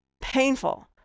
painful